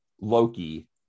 Loki